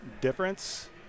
difference